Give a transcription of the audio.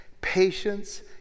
patience